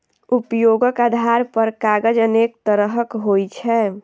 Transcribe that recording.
उपयोगक आधार पर कागज अनेक तरहक होइ छै